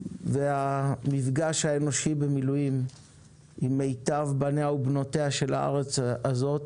והמפגש האנושי במילואים עם מיטב בניה ובנותיה של הארץ הזאת